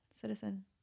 citizen